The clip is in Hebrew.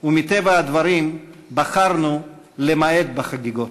ומטבע הדברים בחרנו למעט בחגיגות.